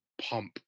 pump